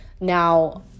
Now